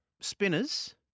Spinners